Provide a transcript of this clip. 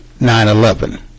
9-11